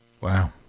Wow